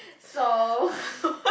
so